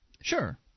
Sure